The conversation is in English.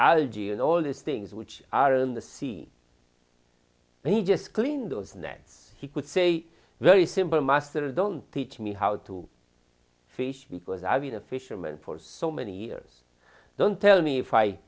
algae and all these things which are in the sea and he just cleaned those nets he could say very simple master don't teach me how to fish because i've been a fisherman for so many years don't tell me if i